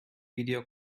video